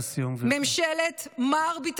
מלא", ממשלת "אני בעל הבית", ממשלת "מר ביטחון"